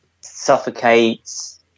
Suffocates